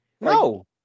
No